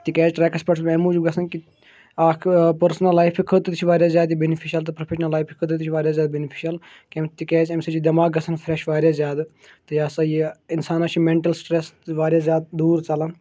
تِکیازِ ٹریکَس پٮ۪ٹھ چھُس بہٕ امہِ موٗجوٗب گژھان کہِ اکھ پٔرسٕنَل لایفہِ خٲطرٕ تہِ چھِ واریاہ زیادٕ بینِفِشَل تہٕ پروفیشنَل لایفہِ خٲطرٕ تہِ چھِ واریاہ زیادٕ بینِفِشَل کیٚنٛہہ تِکیازِ اَمہِ سۭتۍ چھُ دٮ۪ماغ گژھان فرٛیش واریاہ زیادٕ تہٕ یہِ ہسا یہِ اِنسانَس چھُ مینٹَل سٹریس واریاہ زیادٕ دوٗر ژَلان